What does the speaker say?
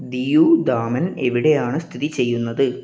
ദിയു ദാമൻ എവിടെയാണ് സ്ഥിതി ചെയ്യുന്നത്